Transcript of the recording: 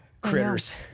critters